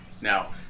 Now